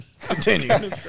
Continue